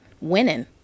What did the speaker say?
winning